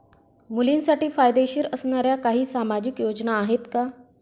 मुलींसाठी फायदेशीर असणाऱ्या काही सामाजिक योजना आहेत का?